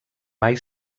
mai